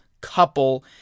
couple